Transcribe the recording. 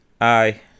Aye